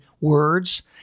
words